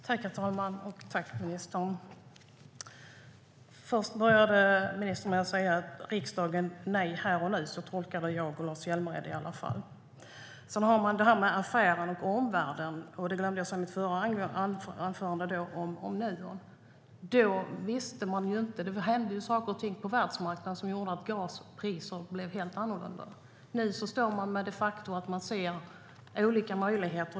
Herr talman! Tack, ministern. Ministern började med att säga nej till att gå till riksdagen här och nu. Så tolkade i varje fall jag och Lars Hjälmered det. Sedan har man detta med affären och omvärlden. Jag glömde i mitt förra anförande att säga detta om Nuon. Det hände saker och ting på världsmarknaden som gjorde att gaspriser blev helt annorlunda. Nu ser man olika möjligheter.